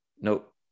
Nope